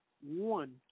one